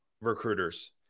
recruiters